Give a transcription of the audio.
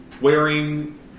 wearing